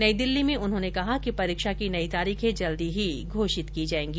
नई दिल्ली में उन्होंने कहा कि परीक्षा की नई तारीखें जल्दी ही घोषित की जाएगी